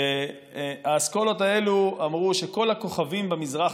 והאסכולות האלה אמרו שכל הכוכבים במזרח